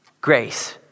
Grace